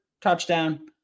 touchdown